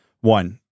One